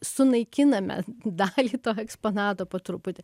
sunaikiname dalį to eksponato po truputį